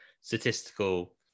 statistical